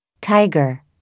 Tiger